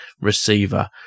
receiver